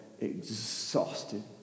exhausted